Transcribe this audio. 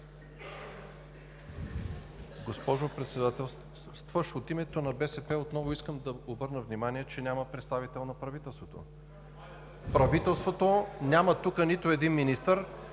Госпожо Председател, от името на „БСП за България“ отново искам да обърна внимание, че няма представител на правителството. Правителството няма тук нито един министър!